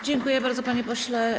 Dziękuję bardzo, panie pośle.